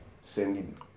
sending